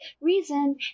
reason